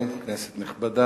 שזה ייכנס לפרוטוקול.